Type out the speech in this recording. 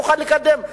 נוכל לקדם.